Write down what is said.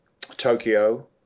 Tokyo